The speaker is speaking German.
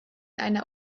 einer